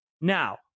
Now